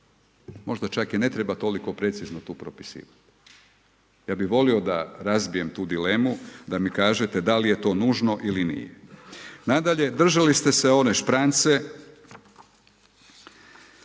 možda čak i ne treba toliko precizno tu propisivati. Ja bi volio da rabijem tu dilemu, da mi kažete da li je to nužno ili nije. Nadalje, držali ste se one šprance,